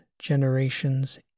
generations